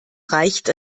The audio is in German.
reicht